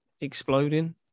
exploding